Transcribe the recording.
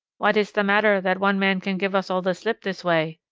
what is the matter that one man can give us all the slip this way?